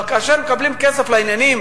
אבל כאשר מקבלים כסף לעניינים